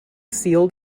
sealed